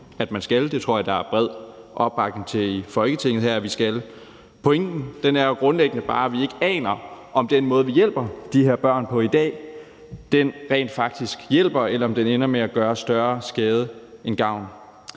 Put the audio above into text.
at man skal. Det tror jeg at der er bred opbakning til i Folketinget at man skal. Pointen er grundlæggende bare, at vi ikke aner, om den måde, vi hjælper de her børn på i dag, rent faktisk hjælper, eller om den ender med at gøre større skade end gavn.